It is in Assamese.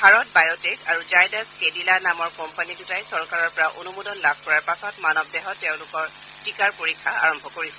ভাৰত বায়'টেক আৰু জাইদাচ কেডিলা নামৰ কোম্পানী দুটাই চৰকাৰৰ পৰা অনুমোদন লাভ কৰাৰ পাছত মানৱ দেহত তেওঁলোকৰ টীকাৰ পৰীক্ষা আৰম্ভ কৰিছে